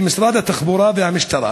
משרד התחבורה והמשטרה